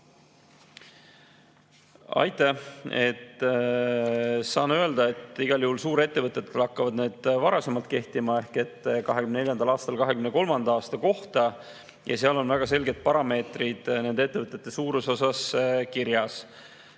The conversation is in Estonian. Aitäh! Saan öelda, et suurettevõtetele hakkavad need varasemalt kehtima ehk 2024. aastal 2023. aasta kohta. Seal on väga selged parameetrid nende ettevõtete suuruse kohta kirjas.